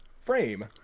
frame